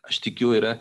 aš tikiu yra